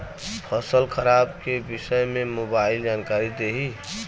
फसल खराब के विषय में मोबाइल जानकारी देही